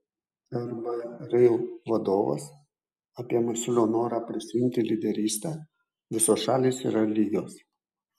rb rail vadovas apie masiulio norą prisiimti lyderystę visos šalys yra lygios